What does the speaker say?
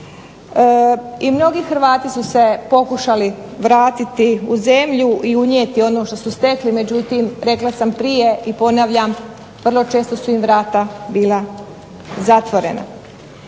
I mnogi Hrvati su se pokušali vratiti u zemlju i unijeti ono što su stekli, međutim rekla sam prije i ponavljam vrlo često su im vrata bila zatvorena.